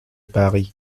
paris